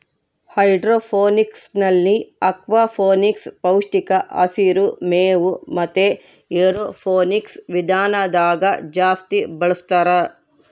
ಹೈಡ್ರೋಫೋನಿಕ್ಸ್ನಲ್ಲಿ ಅಕ್ವಾಫೋನಿಕ್ಸ್, ಪೌಷ್ಟಿಕ ಹಸಿರು ಮೇವು ಮತೆ ಏರೋಫೋನಿಕ್ಸ್ ವಿಧಾನದಾಗ ಜಾಸ್ತಿ ಬಳಸ್ತಾರ